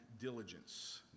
diligence